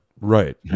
Right